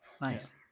Nice